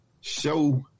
show